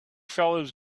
fellows